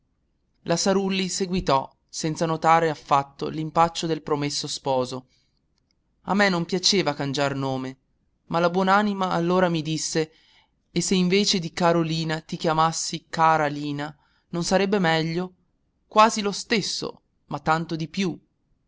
patrimonio la sarulli seguitò senza notare affatto l'impaccio del promesso sposo a me non piaceva cangiar nome ma la buon'anima allora mi disse e se invece di carolina ti chiamassi cara lina non sarebbe meglio quasi lo stesso ma tanto di più